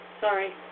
sorry